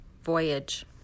Voyage